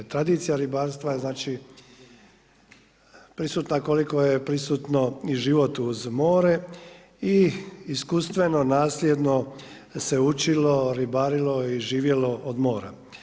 Tradicija ribarstva je znači prisutna koliko je prisutno i život uz more i iz iskustveno nasljedno se učilo, ribarilo i živjelo od mora.